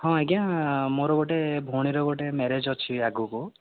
ହଁ ଆଜ୍ଞା ମୋର ଗୋଟେ ଭଉଣୀର ଗୋଟେ ମ୍ୟାରେଜ୍ ଅଛି ଆଗକୁ